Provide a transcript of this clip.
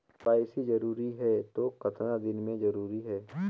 KYC जरूरी हे तो कतना दिन मे जरूरी है?